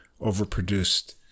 overproduced